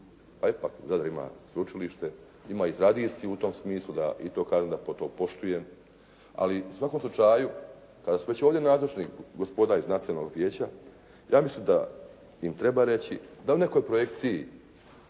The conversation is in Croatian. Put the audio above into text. a ipak Zadar ima sveučilište, ima i tradiciju u tom smislu i kažem da to poštujem. Ali u svakom slučaju, kada su već ovdje nazočni gospoda iz nacionalnog vijeća ja mislim da im treba reći da u nekoj projekciji,